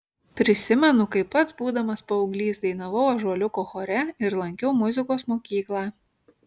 prisimenu kaip pats būdamas paauglys dainavau ąžuoliuko chore ir lankiau muzikos mokyklą